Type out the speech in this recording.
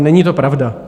Není to pravda.